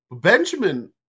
Benjamin